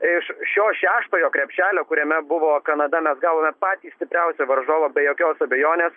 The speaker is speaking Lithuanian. iš šio šeštojo krepšelio kuriame buvo kanada mes gavome patį stipriausią varžovą be jokios abejonės